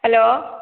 hello